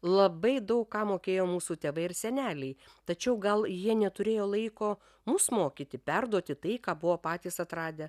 labai daug ką mokėjo mūsų tėvai ir seneliai tačiau gal jie neturėjo laiko mus mokyti perduoti tai ką buvo patys atradę